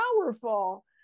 powerful